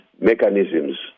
mechanisms